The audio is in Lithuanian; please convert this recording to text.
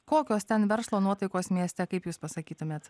kokios ten verslo nuotaikos mieste kaip jūs pasakytumėt